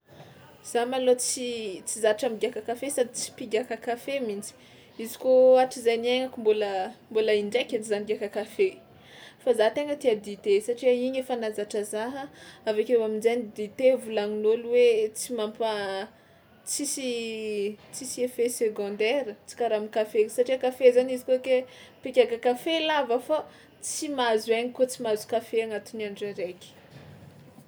Za malôha tsy tsy zatra migiàka kafe sady tsy mpigiàka kafe mihitsy izy kôa hatrizay niaignako mbôla mbôla indraika edy za nigiàka kafe, fa za tegna tia dite satria igny efa nahazatra zaha, avy akeo amin-jainy dite volagnin'ôlo hoe tsy mampa- tsisy tsisy effet secondaire tsy karaha am'kafe satria kafe zany izy koa ke mpigiàka kafe lava fao tsy mahazo aigna kôa tsy mahazo kafe agnatin'ny andro araiky.